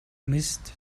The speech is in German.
mist